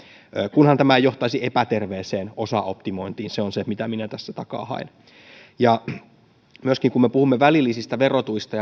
kunhan tämä ei johtaisi epäterveeseen osaoptimointiin se on se mitä minä tässä takaa haen myöskin kun me puhumme välillisistä verotuista